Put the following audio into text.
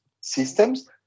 systems